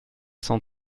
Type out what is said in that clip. cent